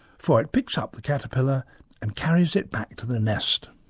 for it picks up the caterpillar and carries it back to the nest.